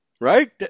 right